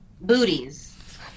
Booties